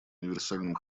универсальным